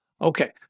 Okay